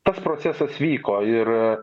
tas procesas vyko ir